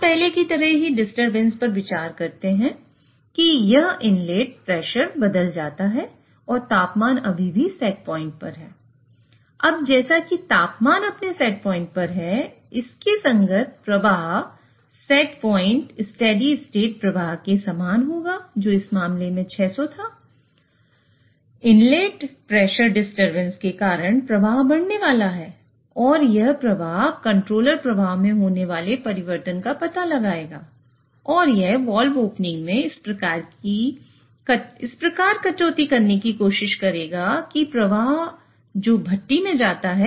हम पहले की तरह ही डिस्टरबेंसपर विचार करते हैं कि यह इनलेट प्रेशर बदल जाता है और तापमान अभी भी सेट पॉइंट मूल्य के समान रहे जो 600 था